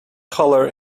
color